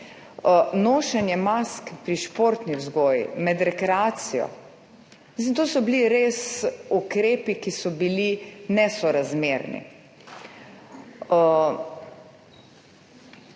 Nošenje mask pri športni vzgoji, med rekreacijo. To so bili res ukrepi, ki so bili nesorazmerni.